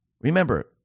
Remember